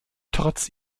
trotz